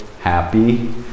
happy